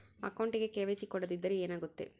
ಅಕೌಂಟಗೆ ಕೆ.ವೈ.ಸಿ ಕೊಡದಿದ್ದರೆ ಏನಾಗುತ್ತೆ?